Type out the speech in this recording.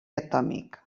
atòmic